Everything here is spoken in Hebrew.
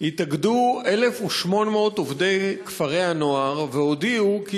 התאגדו 1,800 עובדי כפרי-הנוער והודיעו כי